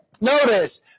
Notice